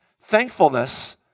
Thankfulness